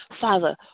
Father